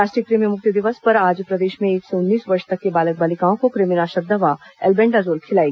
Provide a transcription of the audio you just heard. राष्ट्रीय क्रमि मुक्ति दिवस पर आज प्रदेश में एक से उन्नीस वर्ष तक के बालक बालिकाओं को कृ मिनाशक दवा एल्बेंडाजॉल खिलाई गई